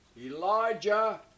Elijah